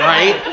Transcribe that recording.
Right